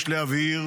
יש להבהיר